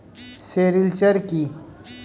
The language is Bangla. সেরিলচার কি?